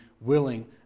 willing